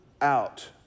out